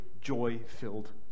joy-filled